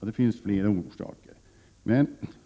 Det finns flera orsaker till detta.